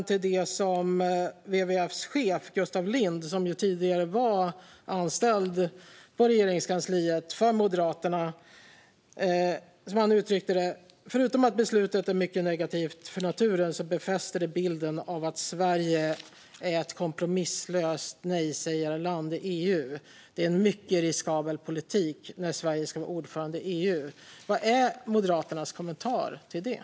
WWF:s chef Gustaf Lind var tidigare anställd på Regeringskansliet för Moderaterna. Så här uttryckte han det: "Förutom att beslutet är mycket negativt för naturen så befäster det bilden av att Sverige är ett kompromisslöst nejsägarland i EU. Det är en mycket riskabel politik när Sverige i vår ska vara ordförande i EU." Vad är Moderaternas kommentar till detta?